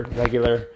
regular